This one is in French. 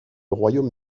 royaume